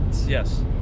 Yes